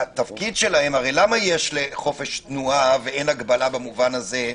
הרי למה יש חופש תנועה ואין הגבלה במובן הזה,